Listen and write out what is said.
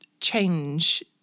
change